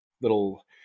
little